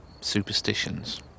superstitions